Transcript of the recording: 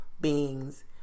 beings